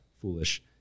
Foolish